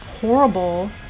horrible